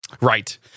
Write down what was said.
Right